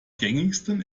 gängigsten